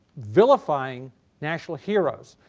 vilifying national heroes.